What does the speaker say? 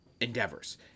endeavors